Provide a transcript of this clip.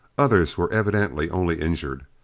others were evidently only injured.